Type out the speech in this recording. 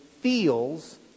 feels